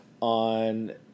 on